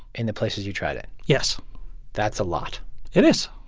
in the places you tried it? yes that's a lot it is.